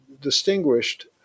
distinguished